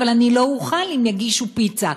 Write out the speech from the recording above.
אבל אני לא אוכל אם יגישו פיצה.